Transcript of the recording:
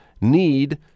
need